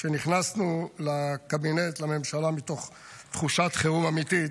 כשנכנסו לקבינט, לממשלה, מתוך תחושת חירום אמיתית,